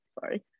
sorry